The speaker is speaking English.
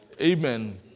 Amen